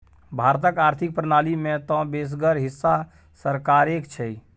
भारतक आर्थिक प्रणाली मे तँ बेसगर हिस्सा सरकारेक छै